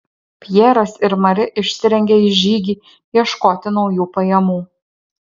pjeras ir mari išsirengė į žygį ieškoti naujų pajamų